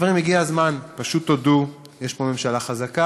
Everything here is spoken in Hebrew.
חברים, הגיע הזמן, פשוט תודו: יש פה ממשלה חזקה,